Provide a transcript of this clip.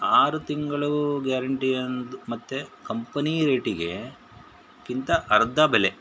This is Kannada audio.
ಆರು ತಿಂಗಳು ಗ್ಯಾರಂಟಿ ಅಂದು ಮತ್ತು ಕಂಪನಿ ರೇಟಿಗೆ ಕ್ಕಿಂತ ಅರ್ಧ ಬೆಲೆ